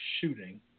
shooting